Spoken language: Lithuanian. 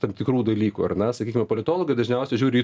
tarp tikrų dalykų ir ne sakykime politologai dažniausiai žiūri į